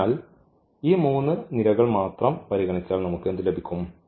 അതിനാൽ ഈ മൂന്ന് നിരകൾ മാത്രം പരിഗണിച്ചാൽ നമുക്ക് എന്ത് ലഭിക്കും